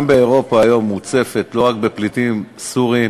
גם אירופה היום מוצפת לא רק בפליטים סורים